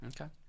Okay